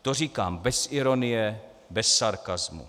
To říkám bez ironie, bez sarkasmu.